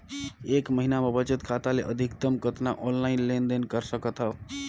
एक महीना मे बचत खाता ले अधिकतम कतना ऑनलाइन लेन देन कर सकत हव?